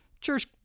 Church